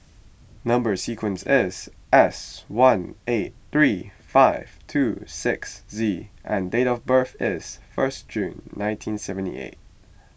Number Sequence is S one eight three five two six Z and date of birth is first June nineteen seventy eight